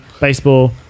baseball